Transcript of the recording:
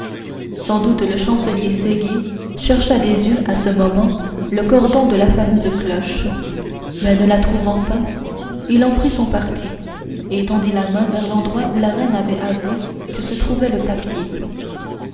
sans doute le chancelier séguier chercha des yeux à ce moment le cordon de la fameuse cloche mais ne le trouvant pas il en prit son parti et tendit la main vers l'endroit où la reine avait avoué que se trouvait le papier